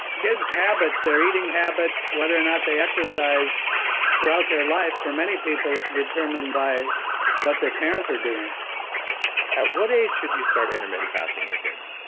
kid's habits, their eating habits, whether or not they exercise throughout their life for many people, it's and determined by what their parents are doing at what age did you start intermittent fasting your kids?